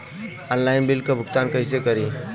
Online bill क भुगतान कईसे करी?